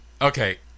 Okay